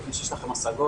אני מבין שיש לכם הסגות.